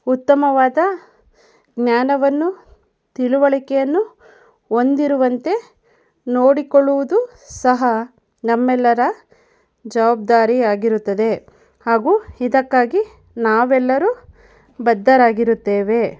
ಉತ್ತಮವಾದ ಜ್ಞಾನವನ್ನು ತಿಳುವಳಿಕೆಯನ್ನು ಹೊಂದಿರುವಂತೆ ನೋಡಿಕೊಳ್ಳುವುದು ಸಹ ನಮ್ಮೆಲ್ಲರ ಜವಾಬ್ದಾರಿಯಾಗಿರುತ್ತದೆ ಹಾಗು ಇದಕ್ಕಾಗಿ ನಾವೆಲ್ಲರೂ ಬದ್ಧರಾಗಿರುತ್ತೇವೆ